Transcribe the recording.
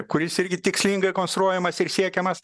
kuris irgi tikslingai konstruojamas ir siekiamas